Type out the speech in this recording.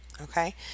Okay